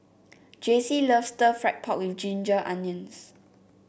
Jacey loves Stir Fried Pork with Ginger Onions